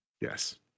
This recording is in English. Yes